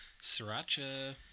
sriracha